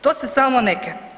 To su samo neke.